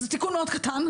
זה תיקון מאוד קטן,